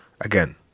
again